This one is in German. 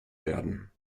werden